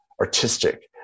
artistic